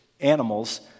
animals